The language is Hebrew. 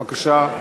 בבקשה.